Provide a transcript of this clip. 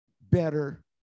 better